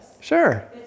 Sure